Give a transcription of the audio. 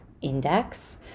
index